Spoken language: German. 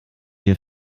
hier